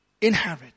inherit